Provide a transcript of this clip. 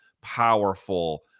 powerful